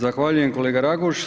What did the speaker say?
Zahvaljujem kolega Raguž.